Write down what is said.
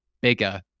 bigger